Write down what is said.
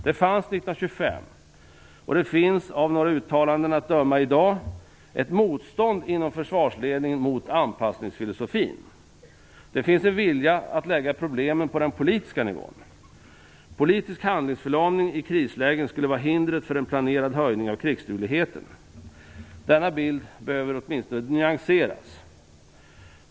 Det fanns 1925 och det finns i dag, av några uttalanden att döma, ett motstånd inom försvarsledningen mot anpassningsfilosofin. Det finns en vilja att lägga problemen på den politiska nivån. Politisk handlingsförlamning i krislägen skulle vara hindret för en planerad höjning av krigsdugligheten. Denna bild behöver åtminstone nyanseras.